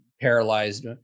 paralyzed